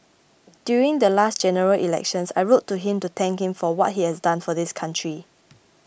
during the last General Elections I wrote to him to thank him for what he has done for this country